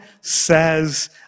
says